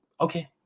okay